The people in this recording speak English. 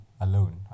alone